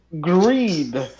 Greed